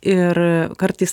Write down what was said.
ir kartais